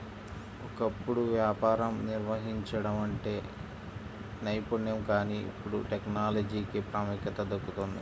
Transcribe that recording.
ఒకప్పుడు వ్యాపారం నిర్వహించడం అంటే నైపుణ్యం కానీ ఇప్పుడు టెక్నాలజీకే ప్రాముఖ్యత దక్కుతోంది